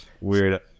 Weird